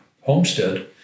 homestead